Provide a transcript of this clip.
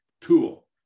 tool